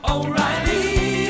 O'Reilly